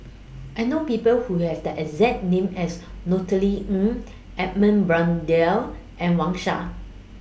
I know People Who Have The exact name as Ng Edmund Blundell and Wang Sha